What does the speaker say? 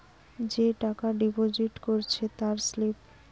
যে টাকা ডিপোজিট করেছে তার স্লিপ